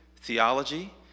theology